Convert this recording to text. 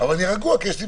אני אגיד לך